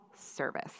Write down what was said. service